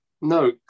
No